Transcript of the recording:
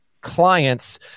clients